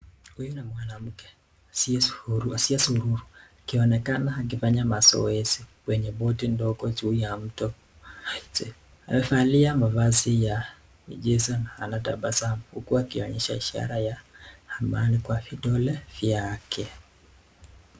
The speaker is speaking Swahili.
huyu ni mwanamke akionekana akifanya mazoezi kwenye boti ndogo juu ya mto amevalia mavazi ya jeshi akitabasamu huku akionyesha ishara ya amani kwa vidole vyake